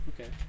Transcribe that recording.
Okay